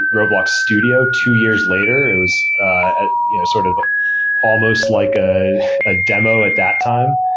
roblox studio, two years later. it was ah you know sort of almost like a ah demo at that time.